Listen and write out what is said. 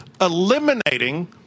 eliminating